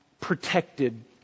protected